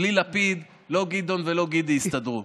בלי לפיד, לא גדעון ולא גידי יסתדרו.